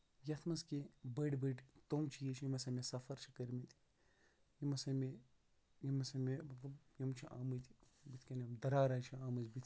یَتھ منٛز کیٚنٛہہ بٔڑۍ بٔڑۍ تم چیٖز چھِ یِم ہسا مےٚ سَفر چھِ کٔرمٕتۍ یِم ہسا مےٚ یِم ہسا مےٚ مطلب یِم چھِ آمٕتۍ بٔتھۍ کَنۍ دَرارا چھِ آمٕتۍ بٔتھۍ کَنۍ